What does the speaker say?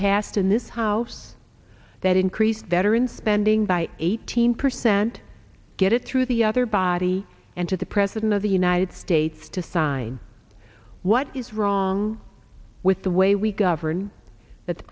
passed in this house that increase veteran spending by eighteen percent get it through the other body and to the president of the united states to sign what is wrong with the way we govern that's